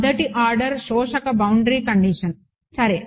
1వ ఆర్డర్ శోషక boundary condition సరే